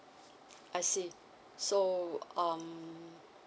I see so um